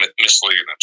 misleading